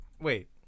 Wait